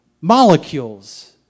molecules